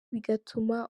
bigatuma